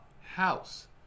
house